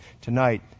Tonight